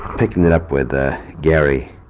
picking it up with ah gary.